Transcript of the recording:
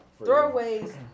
throwaways